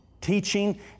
teaching